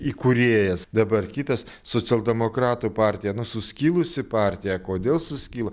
įkūrėjas dabar kitas socialdemokratų partija suskilusi partija kodėl suskyla